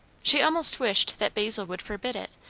she almost wished that basil would forbid it,